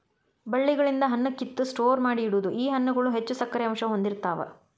ಬಳ್ಳಿಗಳಿಂದ ಹಣ್ಣ ಕಿತ್ತ ಸ್ಟೋರ ಮಾಡಿ ಇಡುದು ಈ ಹಣ್ಣುಗಳು ಹೆಚ್ಚು ಸಕ್ಕರೆ ಅಂಶಾ ಹೊಂದಿರತಾವ